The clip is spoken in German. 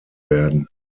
werden